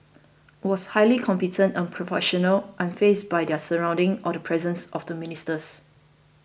was highly competent and professional unfazed by their surroundings or the presence of the ministers